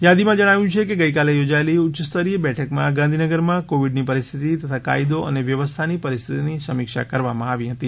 યાદીમાં જણાવ્યું છે કે ગઇકાલે યોજાયેલી ઉચ્યસ્તરીય બેઠકમાં ગાંધીનગરમાં કોવીડની પરિસ્થિતિ તથા કાયદો અને વ્યવસ્થાની પરિસ્થિતિની સમીક્ષા કરવામાં આવી હતી